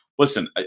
Listen